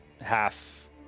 half